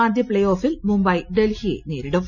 ആദ്യ പ്തേ ഓഫിൽ മുംബൈ ഡൽഹിയെ നേരിടും